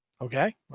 Okay